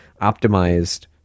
optimized